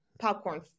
popcorn